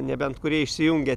nebent kurie išsijungia